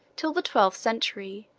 till the twelfth century,